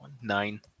Nine